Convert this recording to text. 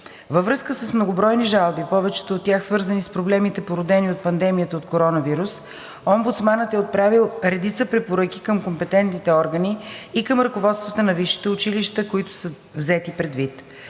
Във връзка с многобройни жалби, повечето от тях свързани с проблемите, породени от пандемията от коронавирус COVID-19, омбудсманът е отправил редица препоръки към компетентните органи и към ръководствата на висши училища, които са взети предвид.